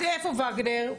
איפה וגנר?